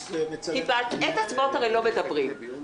כי בעת הצבעות הרי לא מדברים.